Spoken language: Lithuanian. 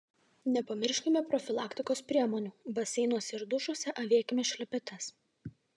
nepamirškime profilaktikos priemonių baseinuose ir dušuose avėkime šlepetes